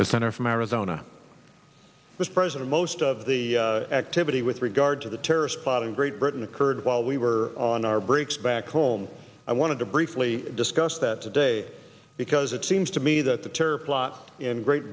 the senator from arizona was present most of the activity with regard to the terrorist plot in great britain occurred while we were on our breaks back home i wanted to briefly discuss that today because it seems to me that the terror plot in great